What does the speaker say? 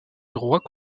droit